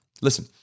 Listen